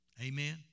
Amen